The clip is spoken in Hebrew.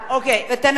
אני בטוחה,